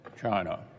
China